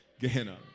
Gehenna